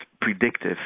predictive